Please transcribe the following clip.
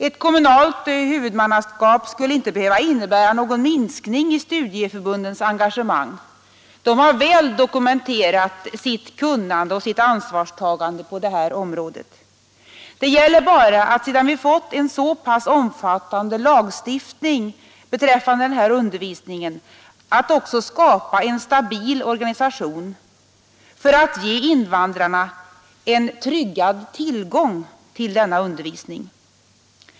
Ett kommunalt huvudmannaskap skulle inte behöva innebära någon minskning i studieförbundens engagemang. Dessa har väl dokumenterat sitt kunnande och sitt ansvarstagande på detta område. Det gäller bara att, sedan vi fått en så pass omfattande lagstiftning beträffande denna undervisning, också skapa en stabil organisation för att ge invandrarna en tryggad tillgång till denna undervisning.